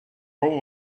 roll